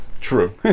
True